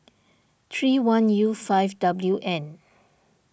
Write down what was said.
three one U five W N